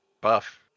buff